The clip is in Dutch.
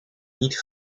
niet